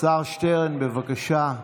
השר שטרן, בבקשה.